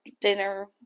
dinner